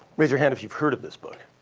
raise your hand if you've heard of this book?